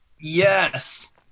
Yes